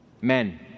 men